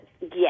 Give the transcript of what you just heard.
Yes